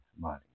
money